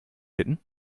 bitten